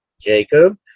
Jacob